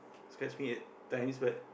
scratch me at times but